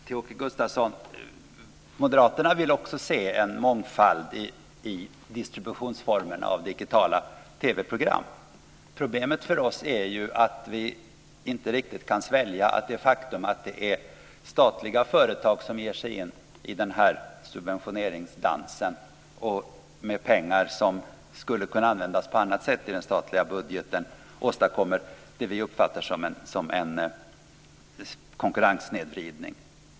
Fru talman! Moderaterna vill också se en mångfald i distributionsformerna för digitala TV-program, Åke Gustavsson. Problemet för oss är att vi inte riktigt kan svälja det faktum att det är statliga företag som ger sig in i subventioneringsdansen med pengar som skulle kunna användas på annat sätt i den statliga budgeten. Det åstadkommer något som vi uppfattar som en konkurrenssnedvridning.